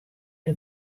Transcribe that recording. der